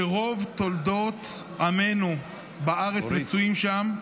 שרוב תולדות עמנו בארץ מצויים שם,